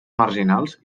marginals